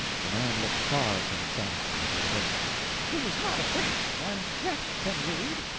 the man looked far from satisfied. he said he is not a priest, and yet can read?